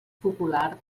popular